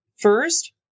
first